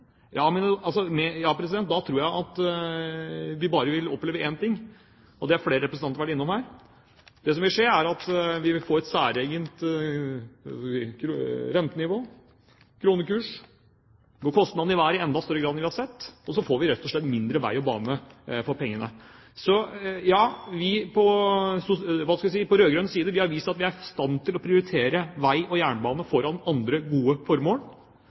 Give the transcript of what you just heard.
Da tror jeg at vi vil oppleve én ting, og det har flere representanter vært innom her: Det som vil skje, er at vi vil få et særegent rentenivå, en kronekurs og kostnadene går i været i enda større grad enn vi har sett, og så får vi rett og slett mindre vei og bane for pengene. På rød-grønn side har vi vist at vi er i stand til å prioritere vei og jernbane foran andre gode formål. Vi har vist at vi er i stand til å prioritere